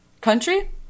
Country